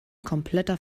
kompletter